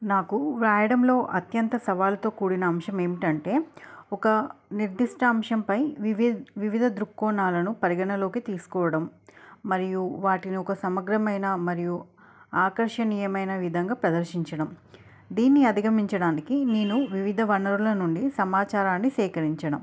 నాకు రాయడంలో అత్యంత సవాళ్ళతో కూడిన అంశం ఏమిటంటే ఒక నిర్దిష్ట అంశంపై వివి వివిధ దృక్కోణాలను పరిగణలోకి తీసుకోవడం మరియు వాటిని ఒక సమగ్రమైన మరియు ఆకర్షణీయమైన విధంగా ప్రదర్శించడం దీన్ని అధిగమించడానికి నేను వివిధ వనరుల నుండి సమాచారాన్ని సేకరించడం